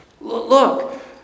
Look